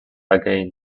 again